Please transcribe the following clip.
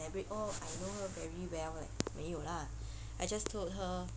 elaborate oh I know her very well leh 没有 lah I just told her